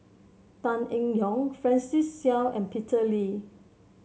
Tan Eng Yoon Francis Seow and Peter Lee